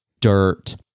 dirt